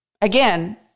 Again